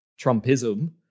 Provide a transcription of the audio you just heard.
Trumpism